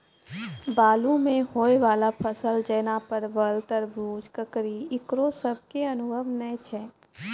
बालू मे होय वाला फसल जैना परबल, तरबूज, ककड़ी ईकरो सब के अनुभव नेय छै?